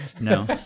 No